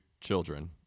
children